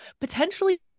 potentially